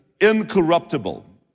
incorruptible